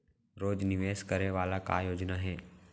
रोज निवेश करे वाला का योजना हे?